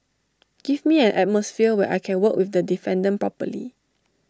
give me an atmosphere where I can work with the defendant properly